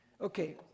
Okay